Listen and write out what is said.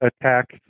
attack